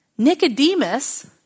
Nicodemus